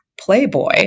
Playboy